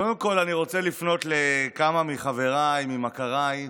קודם כול אני רוצה לפנות לכמה מחבריי, ממכריי,